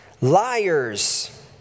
liars